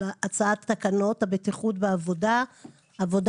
הצעת תקנות הבטיחות בעבודה (עבודה